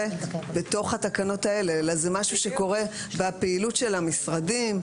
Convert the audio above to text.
בתוך התקנות האלה אלא זה משהו שקורה בפעילות של המשרדים,